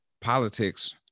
politics